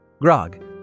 Grog